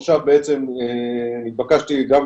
לקחתם את כל האלמנטים של החרדים,